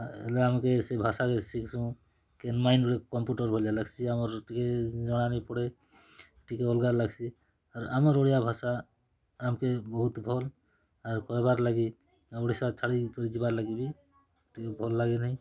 ହେଲେ ଆମକେ ସେ ଭାଷାକେ ଶିଖସୁଁ କେନ୍ ମାଇଣ୍ଡରେ କମ୍ପୁଟର୍ ଭଲିଆ ଲାଗସି ଆମର୍ ଟିକେ ଜଣା ନାଇଁପଡ଼େ ଟିକେ ଅଲଗା ଲାଗସି ଆର୍ ଆମର୍ ଓଡ଼ିଆ ଭାଷା ଆମକେ ବହୁତ୍ ଭଲ୍ ଆର୍ କହେବାର୍ ଲାଗି ଓଡ଼ିଶା ଛାଡ଼ିକରି ଯିବାର୍ ଲାଗି ବି ଟିକେ ଭଲ୍ ଲାଗେ ନାଇଁ